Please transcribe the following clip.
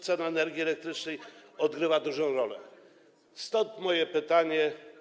cena energii elektrycznej odgrywa dużą rolę, [[Gwar na sali]] stąd moje pytanie.